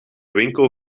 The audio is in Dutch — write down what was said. winkel